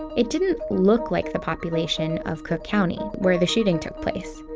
it didn't look like the population of cook county, where the shooting took place.